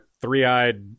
three-eyed